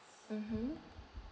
mmhmm